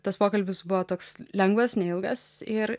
tas pokalbis buvo toks lengvas neilgas ir